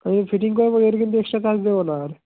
আমি ফিটিং করাবো এর কিন্তু এক্সস্ট্রা চার্জ দেবো না আর